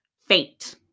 Faint